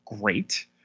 great